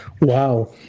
Wow